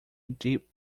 deep